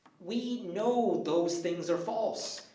we know those things are false.